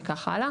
וכך הלאה.